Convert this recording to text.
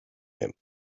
him